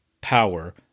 power